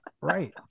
right